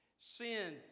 Sin